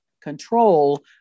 control